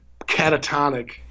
catatonic